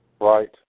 Right